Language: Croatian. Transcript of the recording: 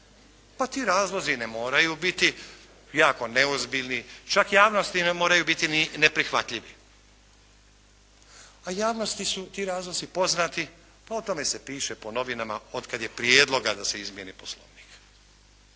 Pa ti razlozi ne moraju biti jako neozbiljni, čak javnosti ne moraju biti ni neprihvatljivi. A javnosti su ti razlozi poznati, pa o tome se piše po novinama od kada je prijedloga da se izmijeni Poslovnik.